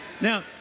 Now